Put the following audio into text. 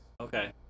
Okay